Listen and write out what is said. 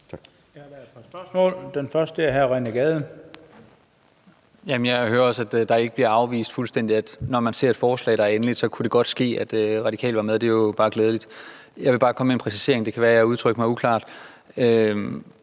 er det fra hr. René Gade. Kl. 19:26 René Gade (ALT): Jeg hører også, at det ikke blev fuldstændig afvist, så når man ser et forslag, der er endeligt, kunne det godt ske, at Radikale ville være med. Det er bare glædeligt. Jeg vil bare komme med en præcisering, for det kan være, jeg har udtrykt mig uklart.